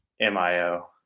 M-I-O